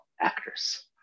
actors